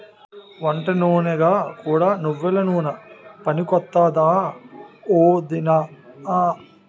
వంటనూనెగా కూడా నువ్వెల నూనె పనికొత్తాదా ఒదినా?